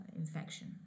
infection